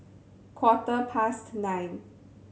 quarter past nine